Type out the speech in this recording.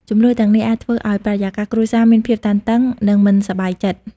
ជម្លោះទាំងនេះអាចធ្វើឲ្យបរិយាកាសគ្រួសារមានភាពតានតឹង និងមិនសប្បាយចិត្ត។